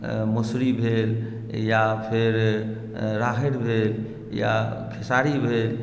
मसुरी भेल या फेर राहरि भेल या खेसारी भेल